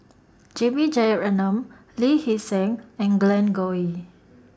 J B Jeyaretnam Lee Hee Seng and Glen Goei